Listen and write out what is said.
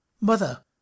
mother